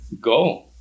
go